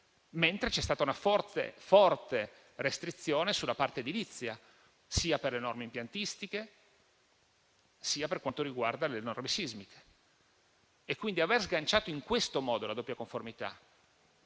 mentre c'è stata una forte restrizione sulla parte edilizia, sia per le norme impiantistiche, sia per quanto riguarda le norme sismiche. E, quindi, aver sganciato in questo modo la doppia conformità